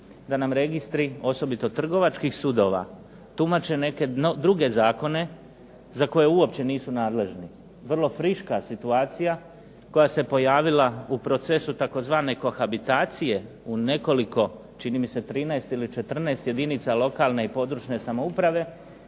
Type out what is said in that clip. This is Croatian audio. da nam registri osobito trgovačkih sudova tumače neke druge zakone za koje uopće nisu nadležni. Vrlo friška situacija koja se pojavila u procesu tzv. kohabitacije u nekoliko čini mi se 13 ili 14 jedinica lokalne i područne samouprave,